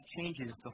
changes